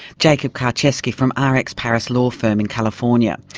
jacob karczewski from ah rex parris law firm in california.